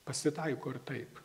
pasitaiko ir taip